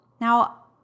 Now